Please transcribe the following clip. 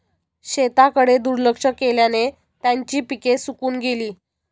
शेताकडे दुर्लक्ष केल्याने त्यांची पिके सुकून गेली